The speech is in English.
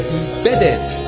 embedded